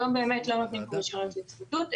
היום באמת לא נותנים רישיון לצמיתות,